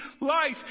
life